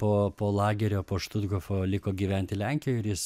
po po lagerio po štuthofo liko gyventi lenkijoj ir jis